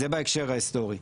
זה בהקשר ההיסטורי.